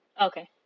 okay